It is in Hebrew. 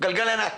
גלגל ענק.